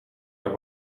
naar